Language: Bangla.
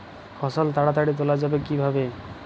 ফসল তাড়াতাড়ি তোলা যাবে কিভাবে?